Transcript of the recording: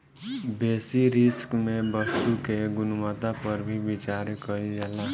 बेसि रिस्क में वस्तु के गुणवत्ता पर भी विचार कईल जाला